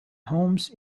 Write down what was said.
homes